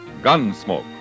Gunsmoke